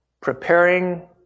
preparing